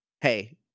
hey